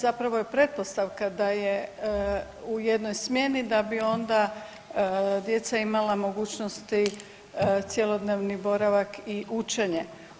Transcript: Zapravo je pretpostavka da je u jednoj smjeni da bi onda djeca imala mogućnosti cjelodnevni boravak i učenje.